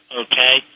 okay